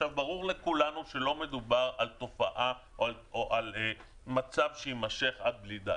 ברור לכולנו שלא מדובר על תופעה או על מצב שיימשך עד בלי די.